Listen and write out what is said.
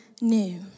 new